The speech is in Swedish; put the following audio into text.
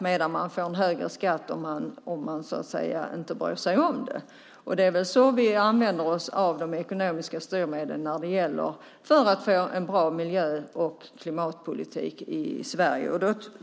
Man får en högre skatt om man inte bryr sig om det. Det är så vi använder oss av de ekonomiska styrmedlen när det gäller att få en bra en miljö och klimatpolitik i Sverige.